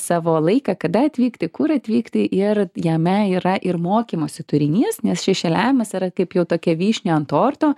savo laiką kada atvykti kur atvykti ir jame yra ir mokymosi turinys nes šešėliavimas yra kaip jau tokia vyšnia ant torto